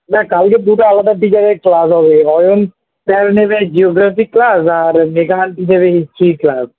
না কালকে দুটো আলাদা টিচারের ক্লাস হবে অম্লান স্যার নেবে জিওগ্রাফি ক্লাস আর রেখা আন্টি নেবে হিস্ট্রি ক্লাস